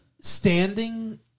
standing